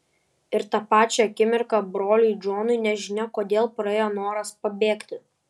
ir tą pačią akimirką broliui džonui nežinia kodėl praėjo noras pabėgti